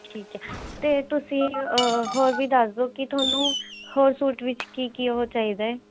ਠੀਕ ਹੈ ਅਤੇ ਤੁਸੀਂ ਹੋਰ ਵੀ ਦੱਸ ਦੋ ਕਿ ਤੁਹਾਨੂੰ ਹੋਰ ਸੂਟ ਵਿੱਚ ਕੀ ਕੀ ਉਹ ਚਾਹੀਦਾ ਹੈ